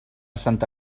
santa